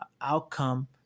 outcome